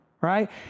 right